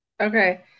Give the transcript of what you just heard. Okay